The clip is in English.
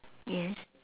yes